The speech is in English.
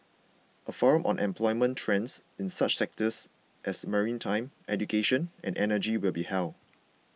a forum on employment trends in such sectors as maritime education and energy will be held